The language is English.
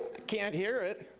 can't hear it,